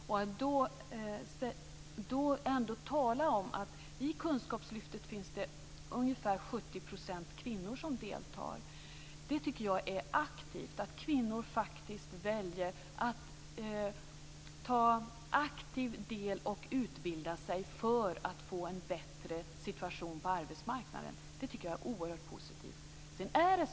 Jag tycker att det är en aktiv företeelse att ungefär 70 % av dem som deltar i kunskapslyftet är kvinnor. Att kvinnor faktiskt väljer att utbilda sig för att få en bättre situation på arbetsmarknaden tycker jag är oerhört positivt.